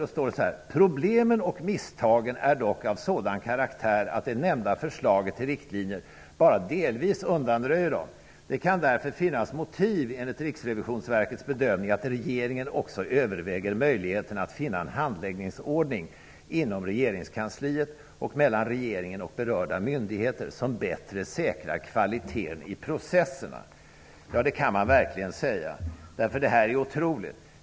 Där står: ''Problemen och misstagen är dock av sådan karaktär att det nämnda förslaget till riktlinjer bara delvis undanröjer dem. Det kan därför finnas motiv, enligt RRVs bedömning, att regeringen också överväger möjligheterna att finna en handläggningsordning inom regeringskansliet och mellan regeringen och berörda myndigheter som bättre säkrar kvaliteten i processerna.'' Det kan man verkligen säga. Detta är otroligt!